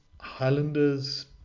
Highlanders